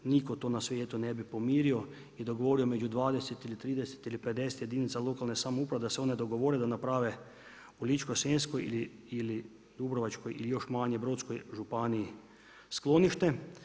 Nitko to na svijetu ne bi pomirio i dogovorio među 20 ili 30 ili 50 jedinica lokalne samouprave da se one dogovore da naprave u Ličko- senjskoj ili Dubrovačkoj i još manje Brodskoj županiji sklonište.